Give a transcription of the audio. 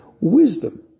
wisdom